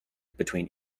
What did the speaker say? between